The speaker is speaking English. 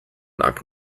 knock